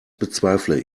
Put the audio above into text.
bezweifle